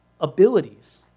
abilities